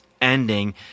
ending